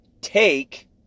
take